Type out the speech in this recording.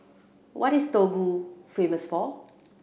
what is Togo famous for